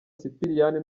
sipiriyani